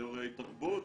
לאירועי תרבות.